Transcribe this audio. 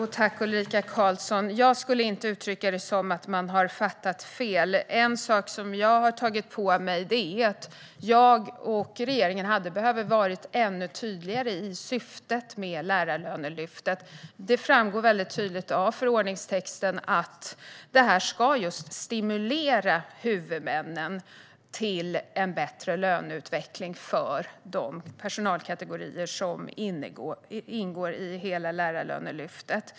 Herr talman! Jag skulle inte uttrycka det som att man har fattat fel. En sak som jag har tagit på mig är att jag och regeringen hade behövt vara ännu tydligare med syftet med Lärarlönelyftet. Det framgår tydligt av förordningstexten att detta ska stimulera huvudmännen till en bättre löneutveckling för de personalkategorier som ingår i hela Lärarlönelyftet.